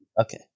Okay